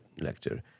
lecture